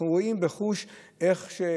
אנחנו רואים בחוש איך,